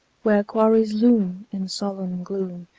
where quarries loom, in solemn gloom,